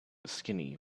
skinny